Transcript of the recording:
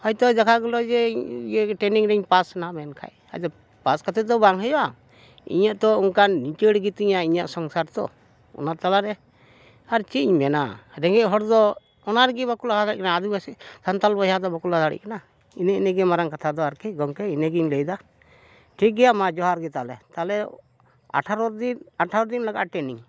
ᱦᱚᱭᱛᱳ ᱫᱮᱠᱷᱟ ᱜᱮᱞᱚ ᱡᱮ ᱤᱭᱟᱹ ᱴᱨᱮᱱᱤᱝ ᱨᱤᱧ ᱯᱟᱥᱱᱟ ᱢᱮᱱᱠᱷᱟᱡ ᱟᱫᱚ ᱯᱟᱥ ᱠᱟᱛᱮ ᱫᱚ ᱵᱟᱝ ᱦᱩᱭᱩᱜᱼᱟ ᱤᱧᱟᱹᱜ ᱛᱚ ᱚᱱᱠᱟᱱ ᱞᱤᱪᱟᱹᱲ ᱜᱮᱛᱤᱧᱟ ᱤᱧᱟᱹᱜ ᱥᱚᱝᱥᱟᱨ ᱛᱚ ᱚᱱᱟ ᱛᱟᱞᱟᱨᱮ ᱟᱨ ᱪᱮᱫ ᱤᱧ ᱢᱮᱱᱟ ᱨᱮᱸᱜᱮᱡ ᱦᱚᱲ ᱫᱚ ᱚᱱᱟ ᱨᱮᱜᱮ ᱵᱟᱠᱚ ᱞᱟᱦᱟ ᱫᱟᱲᱮᱭᱟ ᱠᱟᱱᱟ ᱟᱹᱫᱤᱵᱟᱹᱥᱤ ᱥᱟᱱᱛᱟᱞ ᱵᱚᱭᱦᱟ ᱫᱚ ᱵᱟᱠᱚ ᱞᱟᱦᱟ ᱫᱟᱲᱮᱜ ᱠᱟᱱᱟ ᱤᱱᱟᱹ ᱤᱱᱟᱹᱜᱮ ᱢᱟᱨᱟᱝ ᱠᱟᱛᱷᱟ ᱫᱚ ᱟᱨᱠᱤ ᱜᱚᱝᱠᱮ ᱤᱱᱟᱹᱜᱤᱧ ᱞᱟᱹᱭᱫᱟ ᱴᱷᱤᱠ ᱜᱮᱭᱟ ᱢᱟ ᱡᱚᱦᱟᱨ ᱜᱮ ᱛᱟᱦᱚᱞᱮ ᱛᱟᱦᱚᱞᱮ ᱟᱴᱷᱟᱨᱚ ᱫᱤᱱ ᱟᱴᱷᱟᱨᱚ ᱫᱤᱱ ᱞᱟᱜᱟᱜᱼᱟ ᱴᱮᱨᱱᱤᱝ